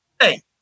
Hey